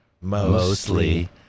mostly